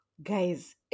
Guys